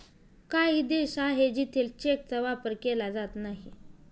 काही देश आहे जिथे चेकचा वापर केला जात नाही